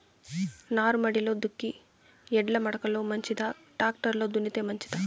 నారుమడిలో దుక్కి ఎడ్ల మడక లో మంచిదా, టాక్టర్ లో దున్నితే మంచిదా?